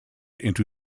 into